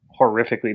horrifically